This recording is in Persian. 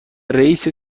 رئیست